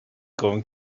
going